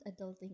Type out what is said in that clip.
adulting